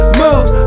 move